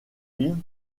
film